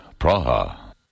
Praha